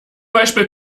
beispiel